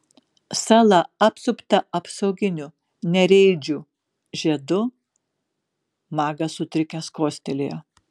sala apsupta apsauginiu nereidžių žiedu magas sutrikęs kostelėjo